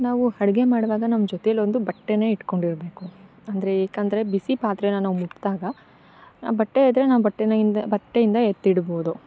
ನಾವು ಅಡ್ಗೆ ಮಾಡುವಾಗ ನಮ್ಮ ಜೊತೆಯಲೊಂದು ಬಟ್ಟೆನೆ ಇಟ್ಕೊಂಡಿರಬೇಕು ಅಂದರೆ ಏಕಂದರೆ ಬಿಸಿ ಪಾತ್ರೆ ಮುಟ್ಟಿದಾಗ ಬಟ್ಟೆಯಿದ್ರೆ ನಾ ಬಟ್ಟೆನೆಯಿಂದ ಬಟ್ಟೆಯಿಂದ ಎತ್ತಿಡ್ಬೋದು